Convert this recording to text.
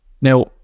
Now